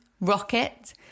Rocket